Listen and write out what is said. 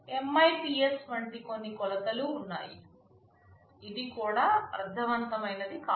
MIPS వంటి కొన్ని కొలతలు ఉన్నాయి ఇది కూడా అర్ధవంతమైనది కాదు